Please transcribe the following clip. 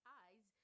eyes